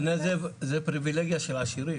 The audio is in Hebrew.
אגב זה פריווילגיה של עשירים,